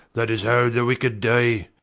that is how the wicked die.